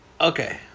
Okay